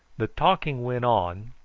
the talking went on,